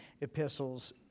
epistles